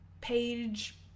page